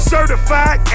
Certified